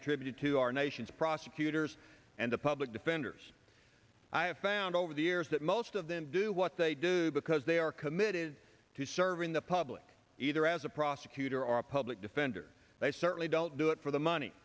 a tribute to our nation's prosecutors and the public defenders i have found over the years that most of them do what they do because they are committed to serving the public either as a prosecutor or a public defender they certainly don't do it for the money